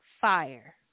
fire